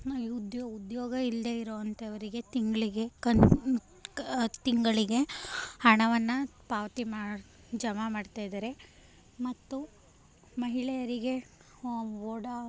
ಉದ್ಯೊ ಉದ್ಯೋಗ ಇಲ್ಲದೇ ಇರುವಂಥವರಿಗೆ ತಿಂಗಳಿಗೆ ಕನ್ ತಿಂಗಳಿಗೆ ಹಣವನ್ನು ಪಾವತಿ ಮಾ ಜಮಾ ಮಾಡ್ತಾಯಿದ್ದಾರೆ ಮತ್ತು ಮಹಿಳೆಯರಿಗೆ ಓಡಾ